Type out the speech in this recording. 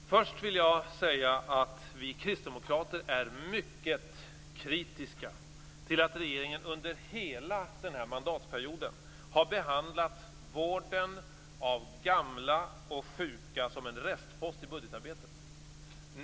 Fru talman! Först vill jag säga att vi kristdemokrater är mycket kritiska till att regeringen under hela denna mandatperiod behandlat vården av gamla och sjuka som en restpost i budgetarbetet.